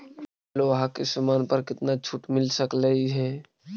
लोहा के समान पर केतना छूट मिल सकलई हे